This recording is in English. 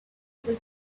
able